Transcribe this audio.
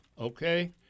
okay